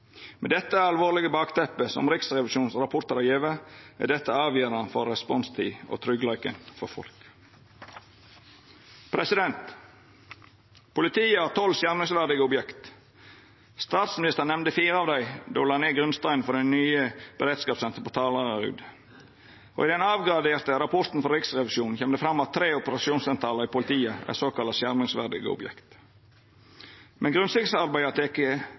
Med det alvorlege bakteppet som rapportane frå Riksrevisjonen har gjeve, er dette avgjerande for responstid og tryggleiken for folk. Politiet har tolv skjermingsverdige objekt. Statsministeren nemnde fire av dei då ho la ned grunnsteinen til det nye beredskapssenteret på Taraldrud, og i den avgraderte rapporten frå Riksrevisjonen kjem det fram at tre operasjonssentralar i politiet er såkalla skjermingsverdige objekt. Men